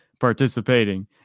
participating